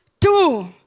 Two